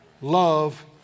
Love